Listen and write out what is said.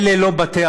אלה לא בתי-אבות,